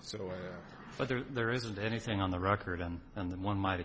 so whether there isn't anything on the record on and then one might